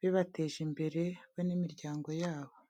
bibateje imbere bo n'imiryango yabo.